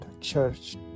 church